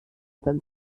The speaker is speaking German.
beim